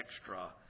extra